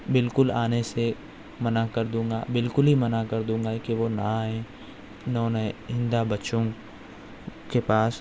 بالکل آنے سے منع کردوں گا بالکل ہی منع کر دوں گا کہ وہ نہ آئے اِنہوں نے بچوں کے پاس